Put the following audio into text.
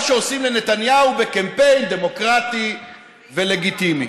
שעושים לנתניהו בקמפיין דמוקרטי ולגיטימי.